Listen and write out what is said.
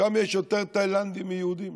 שם יש יותר תאילנדים מיהודים.